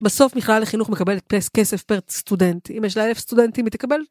בסוף מכלל החינוך מקבל כסף פר סטודנט, אם יש לה אלף סטודנטים היא תקבל.